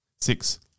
Six